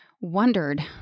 wondered